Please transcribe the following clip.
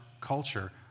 culture